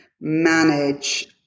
manage